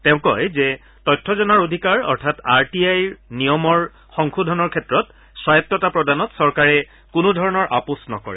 তেওঁ কয় যে তথ্য জনাৰ অধিকাৰ অৰ্থাৎ আৰ টি আইৰ নিয়মৰ সংশোধনৰ ক্ষেত্ৰত স্বায়ত্বতা প্ৰদানত চৰকাৰে কোনোধৰণৰ আপোচ নকৰে